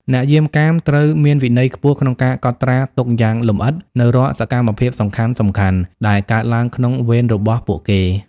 អ្នកយាមកាមត្រូវមានវិន័យខ្ពស់ក្នុងការកត់ត្រាទុកយ៉ាងលម្អិតនូវរាល់សកម្មភាពសំខាន់ៗដែលកើតឡើងក្នុងវេនរបស់ពួកគេ។